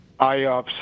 IOPS